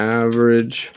average